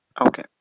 Okay